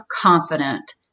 confident